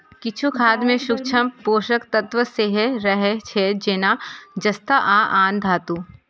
किछु खाद मे सूक्ष्म पोषक तत्व सेहो रहै छै, जेना जस्ता आ आन धातु